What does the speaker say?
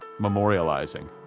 memorializing